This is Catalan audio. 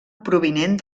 provinent